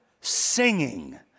singing